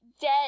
dead